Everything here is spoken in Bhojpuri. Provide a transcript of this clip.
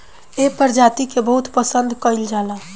एह प्रजाति के बहुत पसंद कईल जाला